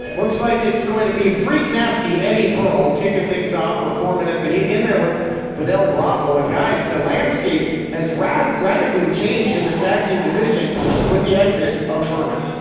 looks like it's going to be freak nasty eddie pearl kicking things off for four minutes of heat in there with fidel bravo, and guys, the landscape has radically changed in the tag team division with the exit of vermin.